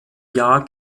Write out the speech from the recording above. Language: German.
jahr